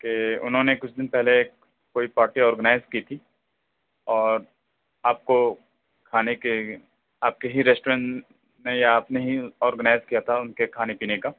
کہ انہوں نے کچھ دن پہلے کوئی پارٹی آرگنائز کی تھی اور آپ کو کھانے کے آپ کے ہی ریسٹورینٹ میں یا آپ نے ہی آرگنائز کیا تھا ان کے کھانے پینے کا